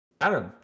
Adam